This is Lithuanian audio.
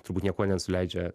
turbūt niekuo nenusileidžia